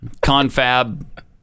confab